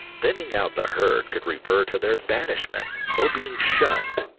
thinning out the herd could refer to their banishment or being shunned,